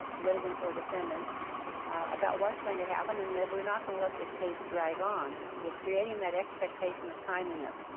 litigants or defendants about what's going to happen and that we're not going to let this case drag on. we're creating that expectation of timeliness.